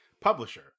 publisher